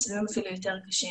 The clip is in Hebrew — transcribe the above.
מצבים אפילו יותר קשים,